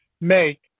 make